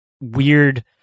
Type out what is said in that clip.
weird